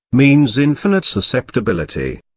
means infinite susceptibility.